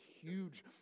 huge